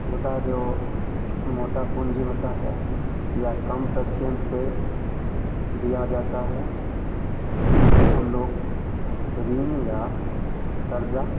होता है जो मोटा पूँजी होता है या कम परसेंट पे दिया जाता है तो उससे हम लोग ऋण या कर्जा